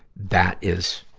that is,